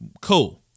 cool